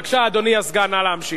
בבקשה, אדוני הסגן, נא להמשיך.